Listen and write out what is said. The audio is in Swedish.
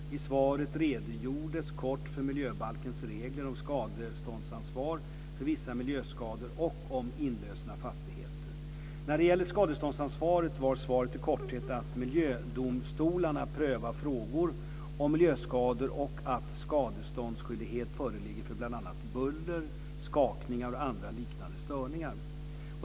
I svaret redogjordes kort för miljöbalkens regler om skadeståndsansvar för vissa miljöskador och om inlösen av fastigheter. När det gäller skadeståndsansvaret var svaret i korthet att miljödomstolarna prövar frågor om miljöskador och att skadeståndsskyldighet föreligger för bl.a. buller, skakningar och andra liknande störningar.